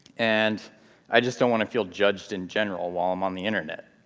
and i just don't want to feel judged in general while i'm on the internet.